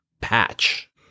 patch